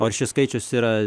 o ar šis skaičius yra